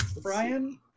Brian